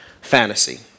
fantasy